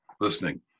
listening